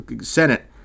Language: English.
Senate